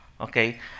okay